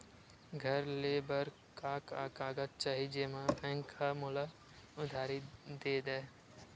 घर ले बर का का कागज चाही जेम मा बैंक हा मोला उधारी दे दय?